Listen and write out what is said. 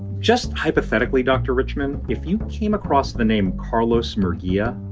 just hypothetically, dr. richman, if you came across the name carlos murguia,